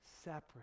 separate